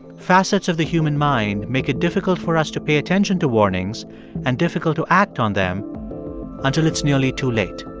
facets of the human mind make it difficult for us to pay attention to warnings and difficult to act on them until it's nearly too late